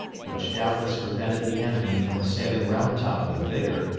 which doubtless prevented the enemy from assailing round top with vigor,